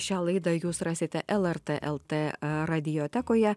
šią laidą jūs rasite lrt lt radiotekoje